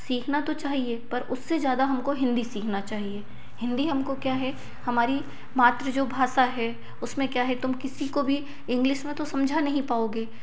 सीखना तो चाहिए उससे ज़्यादा हमको हिंदी सीखना चाहिए हिंदी हमको क्या है हमारी मातृ जो भाषा है उसमें क्या है तुम किसी को भी इंग्लिस में तो समझ नहीं पाओगे